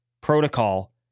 protocol